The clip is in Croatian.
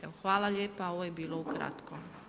Evo hvala lijepa, ovo je bilo ukratko.